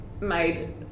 made